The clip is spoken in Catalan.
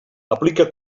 aplica